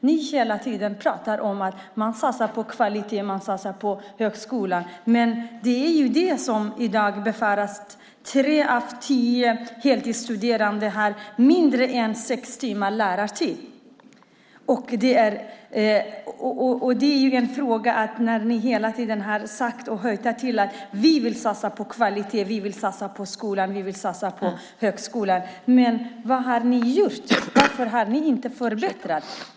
Ni pratar hela tiden om att ni satsar på kvalitet i högskolan, men i dag har tre av tio heltidsstuderande mindre än sex timmar lärartid. Ni talar hela tiden om att ni vill satsa på kvalitet, på skolan och på högskolan, men vad har ni gjort? Varför har ni inte förbättrat detta?